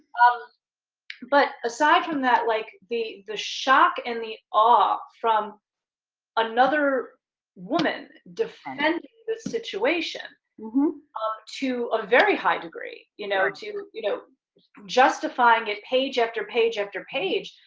um but aside from that, like the the shock and the awe from another woman defending the situation up to a very high degree, you know you know justifying it, page after page after page,